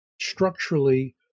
structurally